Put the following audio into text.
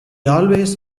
always